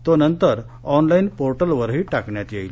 तो नंतर ऑनलाइन पोर्टलवरही टाकण्यात येईल